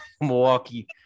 Milwaukee